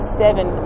seven